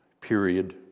period